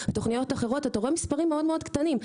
בתוכניות אחרות אתה רואה מספרים מאוד מאוד קטנים.